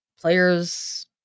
players